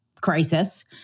crisis